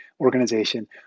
organization